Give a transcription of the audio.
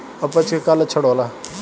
अपच के का लक्षण होला?